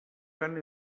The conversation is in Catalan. cant